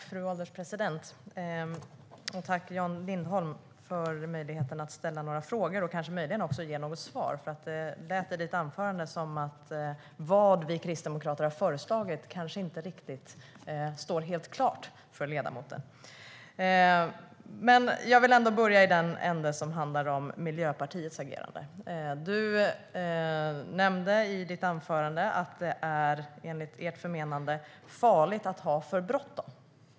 Fru ålderspresident! Jag tackar dig, Jan Lindholm, för möjligheten att ställa några frågor och möjligen också ge något svar, för det lät i ditt anförande som att det kanske inte står riktigt klart för dig vad vi kristdemokrater har föreslagit. Jag vill dock börja i den ände som handlar om Miljöpartiets agerande. Du nämnde i ditt anförande att det enligt ert förmenande är farligt att ha för bråttom.